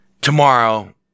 tomorrow